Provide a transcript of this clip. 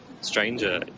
stranger